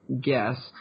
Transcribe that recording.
guess